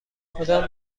کدام